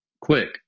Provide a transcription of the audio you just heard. Quick